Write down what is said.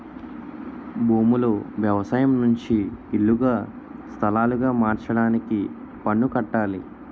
భూములు వ్యవసాయం నుంచి ఇల్లుగా స్థలాలుగా మార్చడానికి పన్ను కట్టాలి